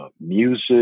music